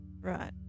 right